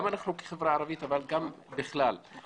אנחנו כחברה ערבית אבל גם בכלל לבדוק.